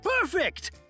perfect